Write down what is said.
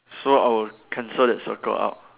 so I will cancel that circle out